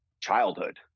childhood